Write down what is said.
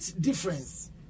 difference